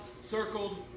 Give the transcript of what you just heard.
circled